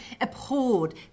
abhorred